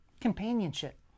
Companionship